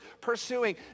pursuing